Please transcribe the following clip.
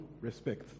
respect